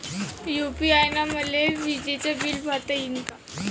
UPI न मले विजेचं बिल भरता यीन का?